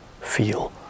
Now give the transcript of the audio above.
feel